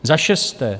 Za šesté.